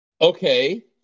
Okay